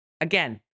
Again